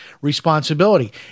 responsibility